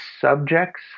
subjects